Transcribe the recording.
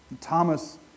Thomas